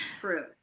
true